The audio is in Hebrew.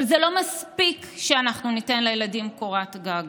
אבל זה לא מספיק שאנחנו ניתן לילדים קורת גג.